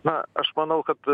na aš manau kad